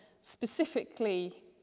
specifically